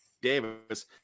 Davis